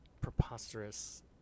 preposterous